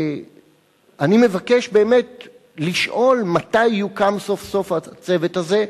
אני מבקש באמת לשאול: מתי יוקם סוף-סוף הצוות הזה,